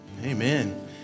Amen